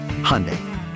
Hyundai